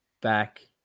back